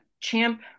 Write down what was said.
Champ